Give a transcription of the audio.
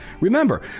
Remember